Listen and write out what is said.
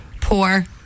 poor